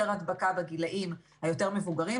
להראות את זה שאנחנו רואים שיש יותר הדבקה בגילים היותר מבוגרים,